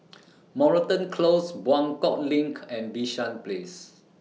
Moreton Close Buangkok LINK and Bishan Place